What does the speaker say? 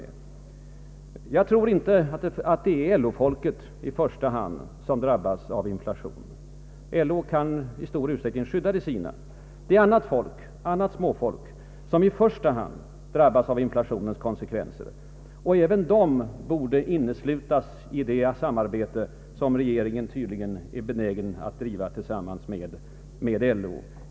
Jag tror inte att det är LO-folket som i första hand drabbas av inflation. LO kan i stor utsträckning skydda de sina. Det är annat folk — annat småfolk — som i första hand drabbas av inflationens konsekvenser. Även dessa borde inneslutas i det samarbete som regeringen tydligen är benägen att driva med LO.